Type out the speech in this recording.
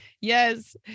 yes